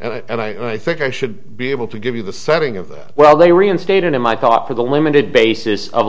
and i think i should be able to give you the setting of that well they reinstated him i thought for the limited basis of